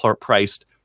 priced